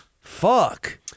Fuck